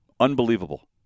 Unbelievable